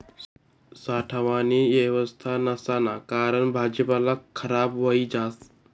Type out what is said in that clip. साठावानी येवस्था नसाना कारण भाजीपाला खराब व्हयी जास